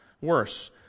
worse